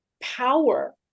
power